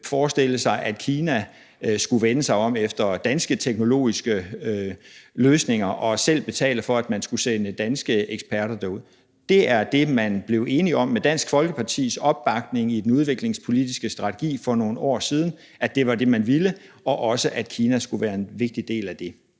at Kina skulle vende sig om efter danske teknologiske løsninger og selv betale for, at man skulle sende danske eksperter derud. Det er det, man blev enige om med Dansk Folkepartis opbakning i den udviklingspolitiske strategi for nogle år siden var det, man ville, og også at Kina skulle være en vigtig del af det.